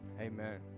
Amen